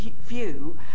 view